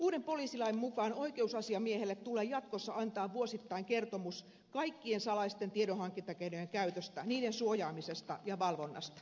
uuden poliisilain mukaan oikeusasiamiehelle tulee jatkossa antaa vuosittain kertomus kaikkien salaisten tiedonhankintakeinojen käytöstä niiden suojaamisesta ja valvonnasta